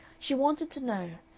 she wanted to know.